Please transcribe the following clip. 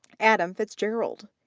adam fitzgerald,